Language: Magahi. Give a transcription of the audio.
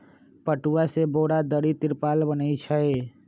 पटूआ से बोरा, दरी, तिरपाल बनै छइ